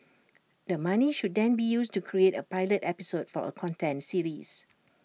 the money should then be used to create A pilot episode for A content series